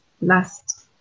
last